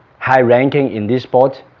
high ranking in this sport